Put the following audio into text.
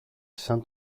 σαν